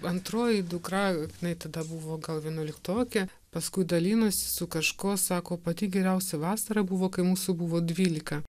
antroji dukra jinai tada buvo gal vienuoliktokė paskui dalinosi su kažkuo sako pati geriausia vasara buvo kai mūsų buvo dvylika